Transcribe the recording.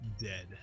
dead